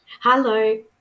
Hello